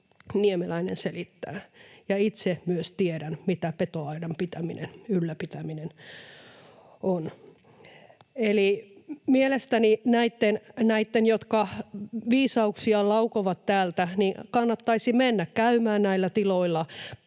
Niemeläinen selittää.” Ja itse myös tiedän, mitä petoaidan ylläpitäminen on. Eli mielestäni näitten, jotka viisauksia laukovat täältä, kannattaisi mennä käymään näillä tiloilla.